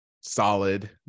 solid